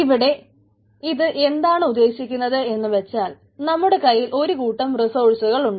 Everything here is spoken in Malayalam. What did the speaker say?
ഇവിടെ ഇത് എന്താണ് ഉദ്ദേശിക്കുന്നത് എന്ന് വെച്ചാൽ നമ്മുടെ കയ്യിൽ ഒരു കൂട്ടം റിസോഴ്സുകൾ ഉണ്ട്